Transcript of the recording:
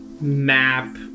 map